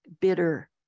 Bitter